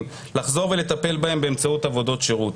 לחזור ולטפל בהם באמצעות עבודות שירות,